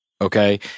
Okay